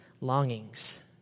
longings